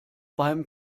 beim